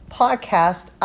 podcast